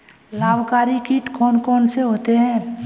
लाभकारी कीट कौन कौन से होते हैं?